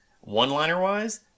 one-liner-wise